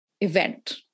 event